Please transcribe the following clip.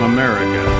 America